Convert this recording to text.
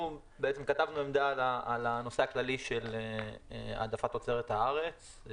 כתבנו נייר עמדה על הנושא הכללי של העדפת תוצרת הארץ.